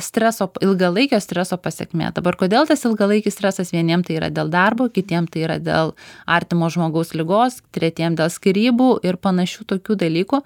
streso ilgalaikio streso pasekmė dabar kodėl tas ilgalaikis stresas vieniem tai yra dėl darbo kitiem tai yra dėl artimo žmogaus ligos tretiem dėl skyrybų ir panašių tokių dalykų